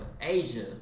Asia